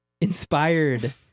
Inspired